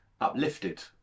uplifted